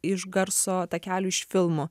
iš garso takelių iš filmų